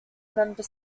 member